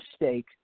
mistake